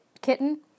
kitten